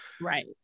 Right